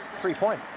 three-point